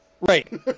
Right